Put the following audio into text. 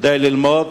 כדי ללמוד